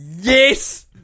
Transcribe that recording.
Yes